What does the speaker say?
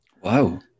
Wow